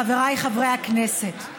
חבריי חברי הכנסת,